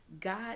God